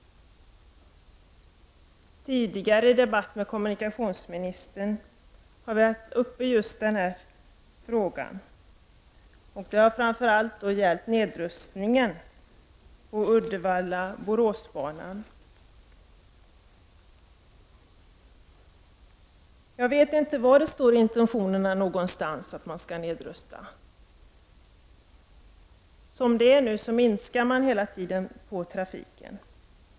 Tidigare i debatt med kommunikationsministern har vi haft uppe just den frågan, och det har då framför allt gällt nedrustningen på Uddevalla-Borås-banan. Jag vet inte var någonstans det står i intentionerna att man skall nedrusta. Som det är nu, minskar man hela tiden trafiken.